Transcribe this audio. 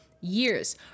years